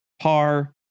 par